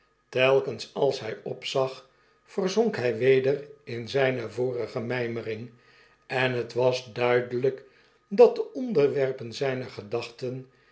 telkens als hg opzag verzonk hj weder in zgne vorige mymering en het was duidelyk dat de onderwerpen ztjner gedachten